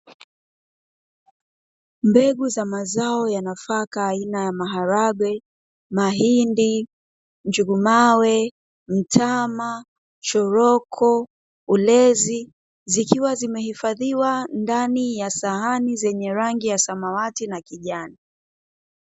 Mbegu za mazao ya nafaka aina ya; maharagwe, mahindi, njugumawe, mtama, choroko, ulezi zikiwa zimehifadhiwa ndani ya sahani zenye rangi ya samawati na kijani.